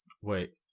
Wait